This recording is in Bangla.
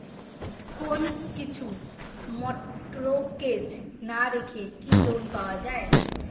কোন কিছু মর্টগেজ না রেখে কি লোন পাওয়া য়ায়?